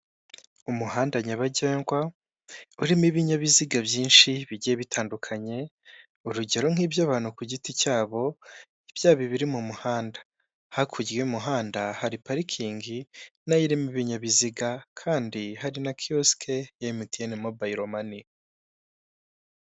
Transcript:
Umuhanda nyabagendwa urimo ibinyabiziga byinshi bigiye bitandukanye, urugero nk'iby'abantu ku giti cyabo byaba ibiri mu muhanda, hakurya y'umuhanda hari parikingi na yo irimo ibininyabiziga, kandi hari na kiyosike ya MTN mobile money.